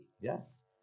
Yes